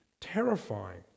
terrifying